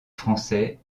français